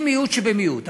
היא מיעוט שבמיעוט,